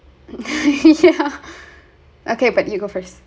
mm yeah okay but you go first